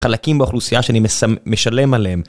חלקים באוכלוסייה שאני משלם עליהם.